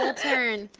ah turn.